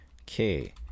Okay